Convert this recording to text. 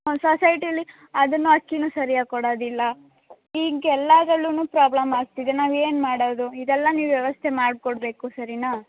ಹ್ಞೂ ಸೊಸೈಟಿಲಿ ಅದನ್ನು ಅಕ್ಕಿ ಸರ್ಯಾಗಿ ಕೊಡೋದಿಲ್ಲ ಈಗ ಎಲ್ಲದ್ರಲ್ಲೂ ಪ್ರಾಬ್ಲಮ್ ಆಗ್ತಿದೆ ನಾವು ಏನು ಮಾಡೋದು ಇದೆಲ್ಲ ನೀವು ವ್ಯವಸ್ಥೆ ಮಾಡಿಕೊಡ್ಬೇಕು ಸರೀನಾ